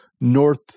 North